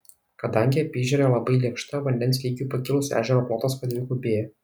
kadangi apyežerė labai lėkšta vandens lygiui pakilus ežero plotas padvigubėja